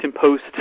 Post